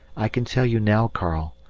i can tell you now, karl,